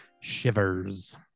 Shivers